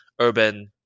urban